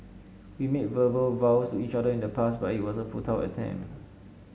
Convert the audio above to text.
we made verbal vows each other in the past but it was a futile attempt